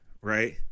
right